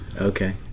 okay